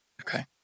Okay